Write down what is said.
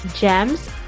Gems